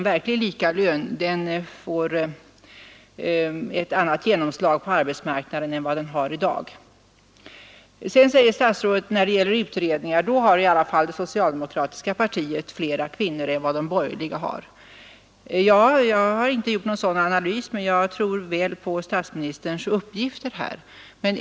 Sedan säger statsministern att det socialdemokratiska partiet ändå har fler kvinnor i utredningar än de borgerliga har. Jag har inte gjort någon sådan analys, men jag tror på statsministerns uppgifter.